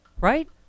right